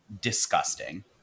disgusting